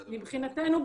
מבחינתנו,